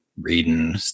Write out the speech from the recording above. reading